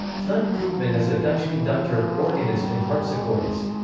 ton koopman is a dutch conductor, organist and harpsichordist.